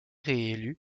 réélu